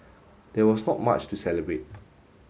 there was not much to celebrate